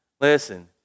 Listen